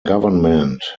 government